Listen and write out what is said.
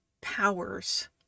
powers